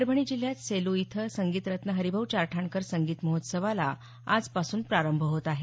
परभणी जिल्ह्यात सेल् इथं संगीतरत्न हरिभाऊ चारठाणकर संगीत महोत्सवाला आजपासून प्रारंभ होत आहे